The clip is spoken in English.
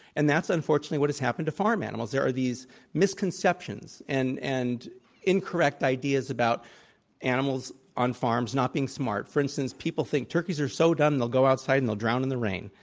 and that's unfortunately what has happened to farm animals. there are these misconceptions and and incorrect ideas about animals on farms not being smart. for instance, people think turkeys are so dumb they'll go outside and they'll drown in the rain.